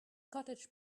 cottage